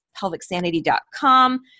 pelvicsanity.com